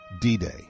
D-Day